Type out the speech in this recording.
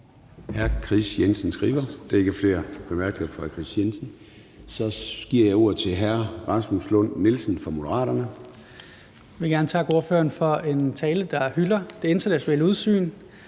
Jeg vil gerne takke ordføreren for en tale, der hylder det internationale udsyn,